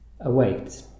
Await